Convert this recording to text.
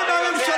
אתה,